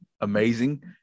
amazing